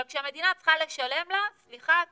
אבל כשהמדינה צריכה לשלם לה: סליחה את